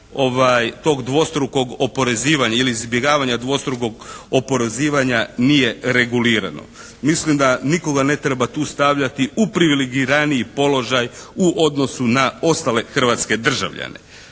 tog dvostrukog oporezivanja ili izbjegavanja dvostrukog oporezivanja nije regulirano. Mislim da nikoga ne treba tu stavljati u privilegiraniji položaj u odnosu na ostale hrvatske državljane.